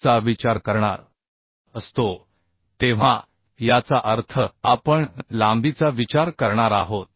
चा विचार करणार असतो तेव्हा याचा अर्थ आपण लांबीचा विचार करणार आहोत